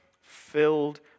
filled